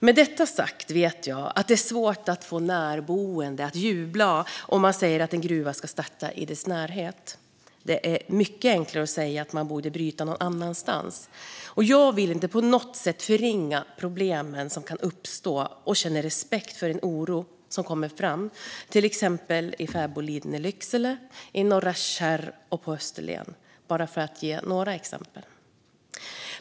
Med detta sagt vet jag att det är svårt att få närboende att jubla om man säger att en gruva ska starta i deras närhet. Det är mycket enklare att säga att man borde bryta någon annanstans. Jag vill inte på något sätt förringa problemen som kan uppstå. Jag känner respekt för den oro som kommit fram, till exempel i Fäboliden i Lycksele, i Norra Kärr och på Österlen, för att ge bara några exempel.